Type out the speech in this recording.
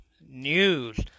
news